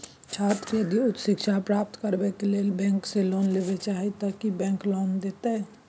छात्र यदि उच्च शिक्षा प्राप्त करबैक लेल बैंक से लोन लेबे चाहे ते की बैंक लोन देतै?